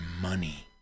money